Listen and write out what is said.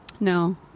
no